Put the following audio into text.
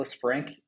Frank